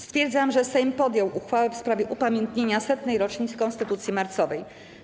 Stwierdzam, że Sejm podjął uchwałę w sprawie upamiętnienia 100. rocznicy konstytucji marcowej.